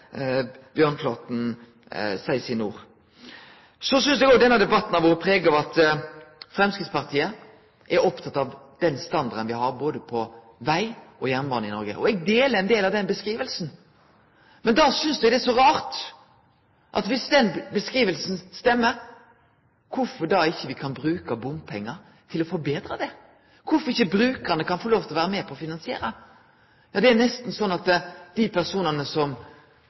Bjørnflaten sine ord. Så synest eg òg at denne debatten har vore prega av at Framstegspartiet er oppteke av den standarden me har både på veg og på jernbane i Noreg. Eg deler ein del av den beskrivinga, men om den beskrivinga stemmer, synest eg det er rart at me ikkje kan bruke bompengar til å betre det. Kvifor kan ikkje brukarane få lov til å vere med på å finansiere? Det er nesten slik at dei personane som